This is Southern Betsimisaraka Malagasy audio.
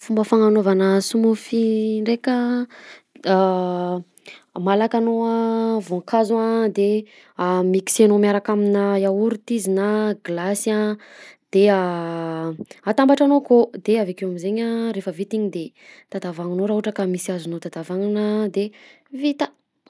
Fomba fagnanaovana smoothie ndreka a malaka anao a voankazo a de mixenao miaraka amina yaourt izy na glace a dia atambatranao akao dia aveo amizegny rehefa vita iny de tatavagnonao raha ohatra ka misy azonao tatavagnona de vita.